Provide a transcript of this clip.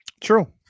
True